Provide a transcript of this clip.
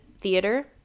Theater